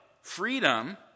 freedom